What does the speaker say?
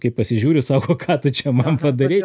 kai pasižiūri sako ką tu čia man padarei